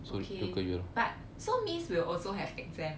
okay but so means will also have exam~